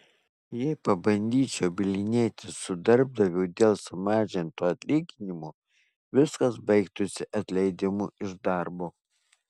jei pabandyčiau bylinėtis su darbdaviu dėl sumažinto atlyginimo viskas baigtųsi atleidimu iš darbo